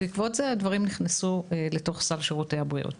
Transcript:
בעקבות זה הדברים נכנסו לתוך סל שירותי הבריאות.